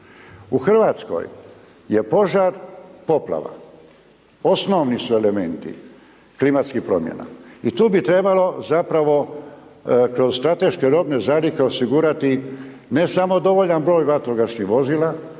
U RH je požar, poplava, osnovi su elementi klimatskih promjena i tu bi trebalo zapravo kroz strateške robne zalihe osigurati ne samo dovoljan broj vatrogasnih vozila,